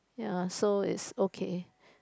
ya so it's okay